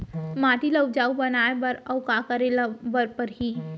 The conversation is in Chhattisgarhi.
माटी ल उपजाऊ बनाए बर अऊ का करे बर परही?